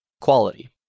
Quality